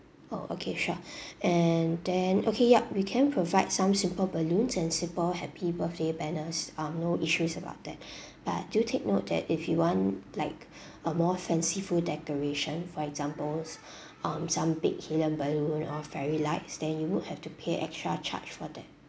oh okay sure and then okay yup we can provide some simple balloons and simple happy birthday banners um no issues about that but do take note that if you want like a more fanciful decoration for examples um some big helium balloon or fairy lights then you would have to pay extra charge for them